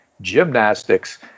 gymnastics